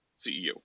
CEO